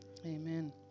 Amen